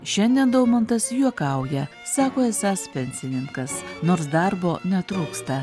šiandien daumantas juokauja sako esąs pensininkas nors darbo netrūksta